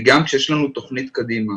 וגם כשיש לנו תכנית קדימה.